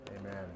amen